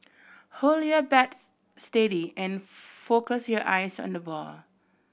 hold your bat steady and focus your eyes on the ball